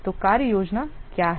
तो कार्य योजना क्या है